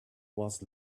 was